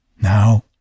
Now